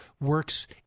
works